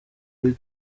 kuri